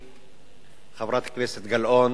חברת הכנסת גלאון,